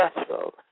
special